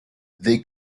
they